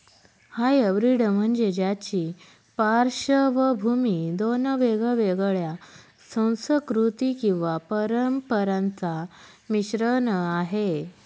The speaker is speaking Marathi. हायब्रीड म्हणजे ज्याची पार्श्वभूमी दोन वेगवेगळ्या संस्कृती किंवा परंपरांचा मिश्रण आहे